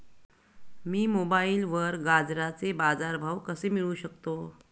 मी मोबाईलवर गाजराचे बाजार भाव कसे मिळवू शकतो?